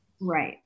Right